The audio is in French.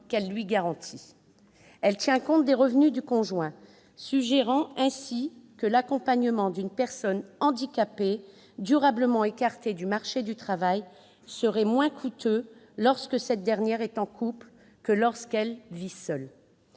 qu'elle lui garantit. Elle tient compte des revenus du conjoint, suggérant ainsi que l'accompagnement d'une personne handicapée durablement écartée du marché du travail serait moins coûteux lorsque cette dernière est en couple que lorsqu'elle vit seule.